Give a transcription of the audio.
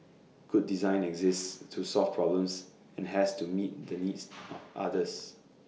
good design exists to solve problems and has to meet the needs of others